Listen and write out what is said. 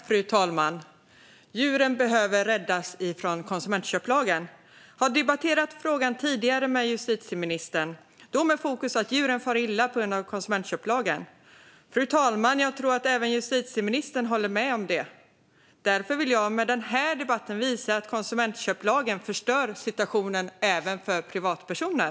Fru talman! Djuren behöver räddas från konsumentköplagen. Jag har debatterat frågan tidigare med justitieministern, då med fokus på att djuren far illa på grund av konsumentköplagen. Fru talman! Jag tror att även justitieministern håller med om detta. Därför vill jag med den här debatten visa att konsumentköplagen förstör situationen även för privatpersoner.